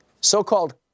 So-called